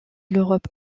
l’europe